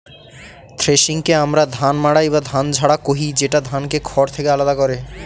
থ্রেশিংকে আমরা ধান মাড়াই বা ধান ঝাড়া কহি, যেটা ধানকে খড় থেকে আলাদা করে